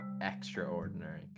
extraordinary